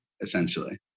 essentially